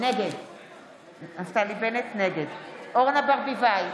נגד אורנה ברביבאי,